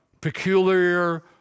peculiar